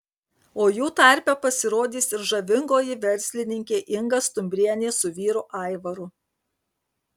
o jų tarpe pasirodys ir žavingoji verslininkė inga stumbrienė su vyru aivaru